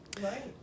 Right